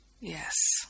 yes